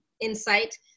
insight